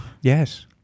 Yes